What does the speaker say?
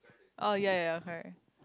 oh ya ya ya correct